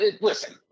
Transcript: listen –